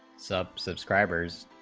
so up subscribers